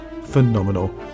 phenomenal